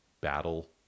battle